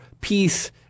peace